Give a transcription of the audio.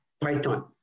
python